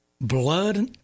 Blood